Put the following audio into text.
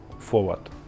Forward